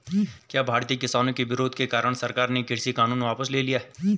क्या भारतीय किसानों के विरोध के कारण सरकार ने कृषि कानून वापस ले लिया?